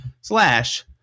slash